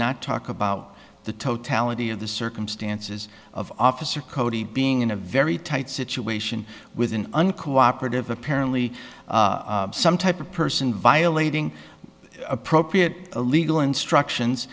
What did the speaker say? not talk about the totality of the circumstances of officer cody being in a very tight situation with an uncooperative apparently some type of person violating appropriate legal instructions